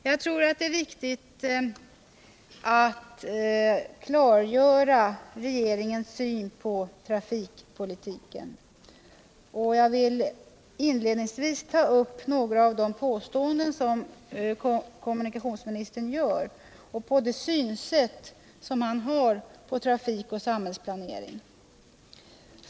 Jag tror det är viktigt att klargöra vilken syn regeringen har på trafikpolitiken, och jag vill inledningsvis ta upp några av de påståenden kommunikationsministern gör och det synsätt han har på trafikoch samhällsplanering.